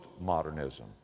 Modernism